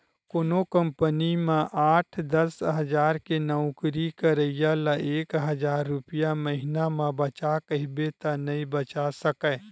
कोनो कंपनी म आठ, दस हजार के नउकरी करइया ल एक हजार रूपिया महिना म बचा कहिबे त नइ बचा सकय